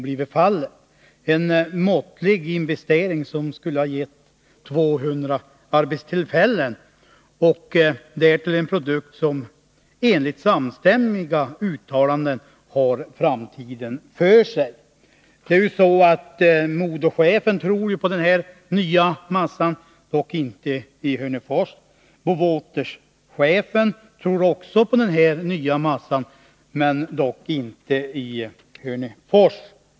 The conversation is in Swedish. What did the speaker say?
Detta gällde en måttlig investering som skulle ha gett 200 arbetstillfällen, och därtill en produkt som enligt samstämmiga uttalanden har framtiden för sig. MoDo-chefen tror ju på den här nya massan — dock inte i Hörnefors! Bowater-chefen tror också på den nya massan — dock inte i Hörnefors!